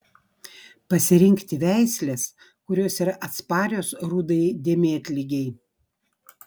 pasirinkti veisles kurios yra atsparios rudajai dėmėtligei